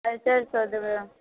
साढ़े चारि सए देबै